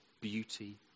beauty